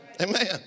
Amen